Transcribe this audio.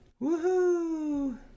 Woohoo